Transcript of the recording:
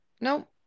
No